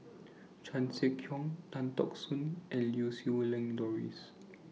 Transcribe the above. Chan Sek Keong Tan Teck Soon and Lau Siew Lang Doris